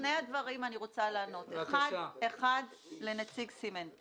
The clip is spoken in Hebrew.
לשני הדברים אני רוצה לענות לנציג סימנט.